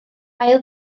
ail